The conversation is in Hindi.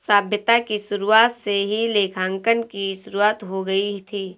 सभ्यता की शुरुआत से ही लेखांकन की शुरुआत हो गई थी